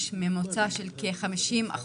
יש לי שאלה קצרה לגבי תדירות בתנועת הרכבות.